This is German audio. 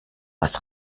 was